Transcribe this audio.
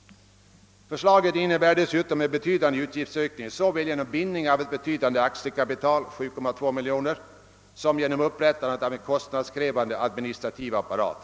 Dessutom innebär förslaget en betydande utgiftsökning såväl genom bindning av betydande aktiekapital — 7,2 miljoner kronor — som genom upprättandet av en kostnadskrävande administrativ apparat.